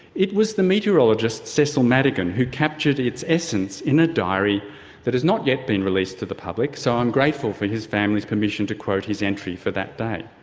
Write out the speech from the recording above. it was the meteorologist cecil madigan who captured its essence in a diary that has not yet been released to the public, so i'm grateful for his family's permission to quote his entry for that day.